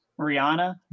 Rihanna